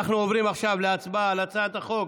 אנחנו עוברים עכשיו להצבעה על הצעת החוק